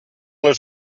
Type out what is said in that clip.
les